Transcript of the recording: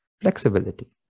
flexibility